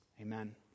Amen